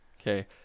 Okay